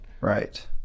Right